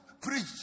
preach